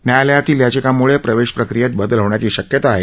न्यायालयातील याचिकांमुळे प्रवेश प्रक्रियेत बदल होण्याची शक्यता आहे